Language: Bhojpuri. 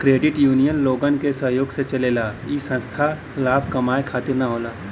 क्रेडिट यूनियन लोगन के सहयोग से चलला इ संस्था लाभ कमाये खातिर न होला